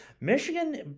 Michigan